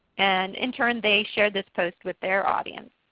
and in turn, they share this post with their audience.